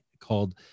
called